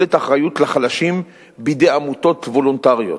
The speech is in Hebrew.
את האחריות לחלשים בידי עמותות וולונטריות.